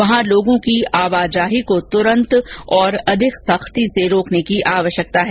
वहां लोगों की आवाजाही को तुरंत और अधिक सख्ती से रोकने की आवश्यकता है